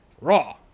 raw